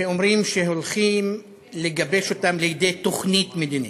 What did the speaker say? שאומרים שהולכים לגבש אותם לכדי תוכנית מדינית,